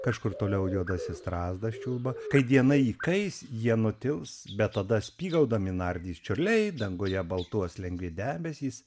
kažkur toliau juodasis strazdas čiulba kai diena įkais jie nutils bet tada spygaudomi nardys čiurliai danguje baltuos lengvi debesys